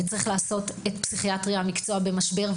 מקצוע הפסיכיאטריה במשבר.